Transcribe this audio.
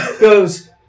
goes